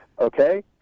Okay